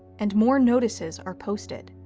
and more notices are posted.